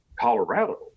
Colorado